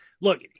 Look